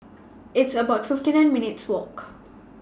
It's about fifty nine minutes' Walk